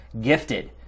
Gifted